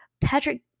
Patrick